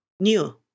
New